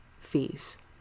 fees